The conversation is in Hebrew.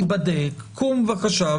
להיבדק: קום בבקשה,